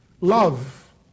Love